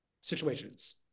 situations